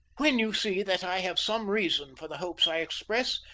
when you see that i have some reason for the hopes i express,